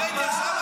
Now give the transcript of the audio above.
אני ראיתי עכשיו,